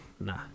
nah